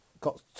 got